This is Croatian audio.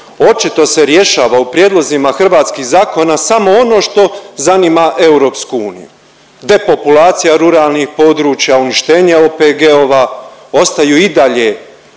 Očito se rješava u prijedlozima hrvatskih zakona samo ono što zanima EU, depopulacija ruralnih područja, uništenje OPG-ova, ostaju i dalje